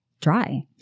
Try